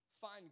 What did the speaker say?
Find